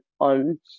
on